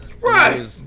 Right